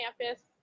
campus